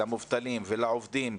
למובטלים ולעובדים,